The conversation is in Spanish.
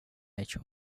hecho